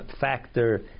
factor